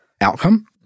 outcome